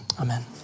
amen